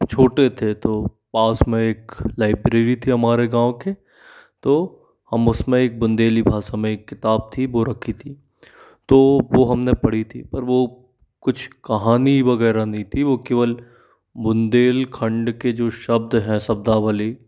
छोटे थे तो पास में एक लाईब्रेरी थी हमारे गाँव के तो हम उसमें एक बुन्देली भाषा में एक किताब थी वह रखी थी तो वह हमने पढ़ी थी पर वह कुछ कहानी वगैरह नहीं थी वह केवल बुन्देलखंड के जो शब्द हैं शब्दावली